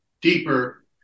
deeper